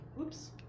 Oops